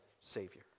Savior